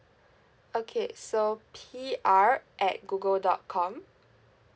okay so P R at Google dot com